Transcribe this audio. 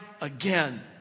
again